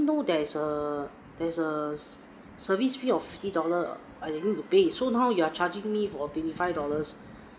didn't know there is a there is a service fee of fifty dollar I didn't pay so now you are charging me for twenty five dollars